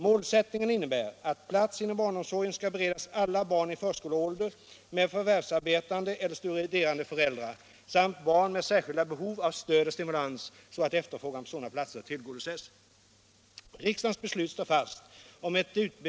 Målsättningen innebär att plats inom barnomsorgen skall beredas alla barn i förskoleåldern med förvärvsarbetande eller studerande föräldrar samt barn med särskilda behov av stöd och stimulans så att efterfrågan på sådana platser tillgodoses.